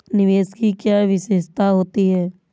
निवेश की क्या विशेषता होती है?